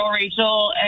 Rachel